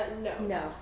No